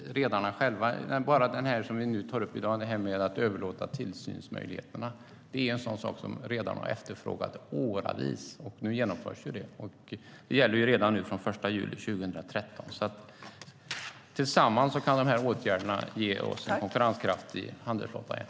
Det vi har tagit upp i dag, att överlåta tillsynsmöjligheterna, är en sak som redarna har efterfrågat under flera år. Nu genomförs de möjligheterna. De gäller redan nu från den 1 juli 2013. Tillsammans kan åtgärderna ge oss en konkurrenskraftig handelsflotta igen.